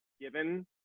given